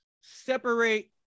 separate